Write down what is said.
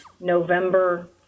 November